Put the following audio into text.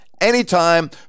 anytime